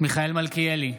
מיכאל מלכיאלי,